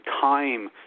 time